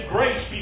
Grace